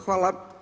Hvala.